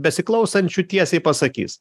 besiklausančių tiesiai pasakys